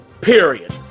Period